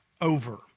over